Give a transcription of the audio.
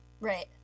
Right